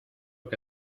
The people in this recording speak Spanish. que